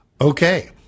Okay